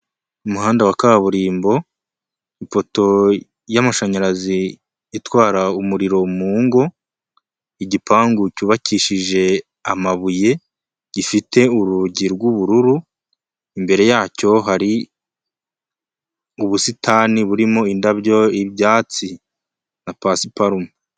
Umuhanda wa kaburimbo, ipoto y'amashanyarazi itwara umuriro mu ngo, igipangu cyubakishije amabuye, gifite urugi rw'ubururu, imbere yacyo hari ubusitani burimo indabyo, ibyatsi na pasiparume.